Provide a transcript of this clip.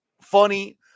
funny